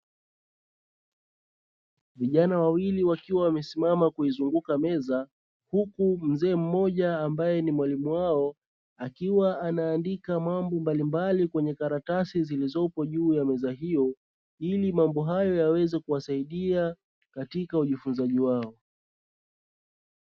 Vijana wawili wakiwa wamesimama kuizunguka meza, huku mzee mmoja ambaye ni mwalimu wao akiwa anaandika mambo mbalimbali kwenye karatasi zilizopo juu ya meza hiyo, ili mambo hayo yaweze kuwasaidia katika ujifunzaji wao.